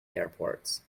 airports